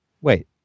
Wait